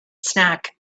snack